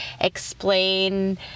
explain